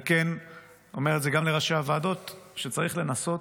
אני אומר את זה גם לראשי הוועדות, שצריך לנסות